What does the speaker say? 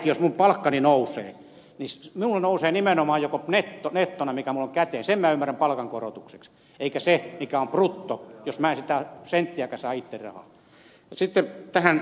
jos minun palkkani nousee se nousee nimenomaan nettona sen minä ymmärrän palkankorotukseksi enkä sitä mikä on brutto jos en siitä senttiäkään itse saa rahaa